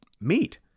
meat